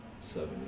seven